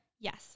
Yes